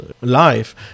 life